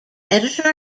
editor